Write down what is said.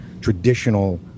traditional